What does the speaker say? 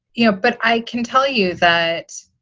you know? but i can tell you that,